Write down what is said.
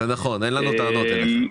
אין לנו טענות אליך.